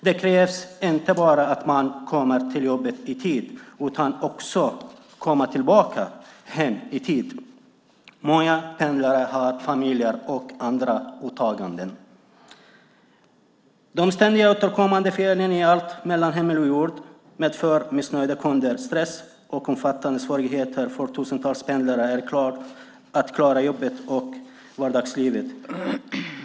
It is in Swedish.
Det krävs inte bara att man kommer till jobbet i tid utan också att man kommer tillbaka hem i tid. Många pendlare har familjer och andra åtaganden. De ständigt återkommande felen är allt mellan himmel och jord och medför missnöjda kunder, stress och omfattande svårigheter för tusentals pendlare att klara jobbet och vardagslivet.